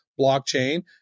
blockchain